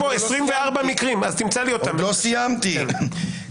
אני רוצה להתייחס